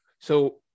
So-